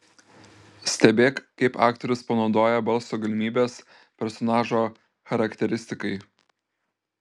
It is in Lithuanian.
stebėk kaip aktorius panaudoja balso galimybes personažo charakteristikai